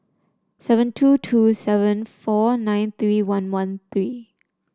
seven two two seven four nine three one one three